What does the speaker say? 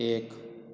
एक